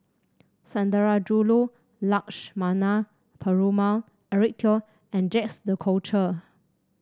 Sundarajulu Lakshmana Perumal Eric Teo and Jacques De Coutre